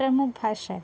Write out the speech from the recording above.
प्रमुख भाषा आहे